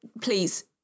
please